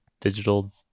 digital